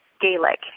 Gaelic